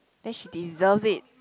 then she deserves it